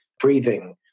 breathing